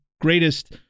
greatest